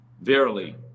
verily